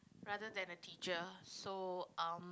rather than a teacher so um